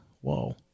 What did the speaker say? Whoa